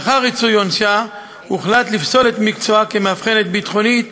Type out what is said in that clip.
לאחר ריצוי עונשה הוחלט לפסול את מקצועה כמאבחנת ביטחונית